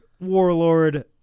Warlord